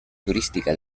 turística